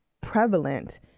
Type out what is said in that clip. prevalent